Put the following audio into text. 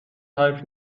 تایپ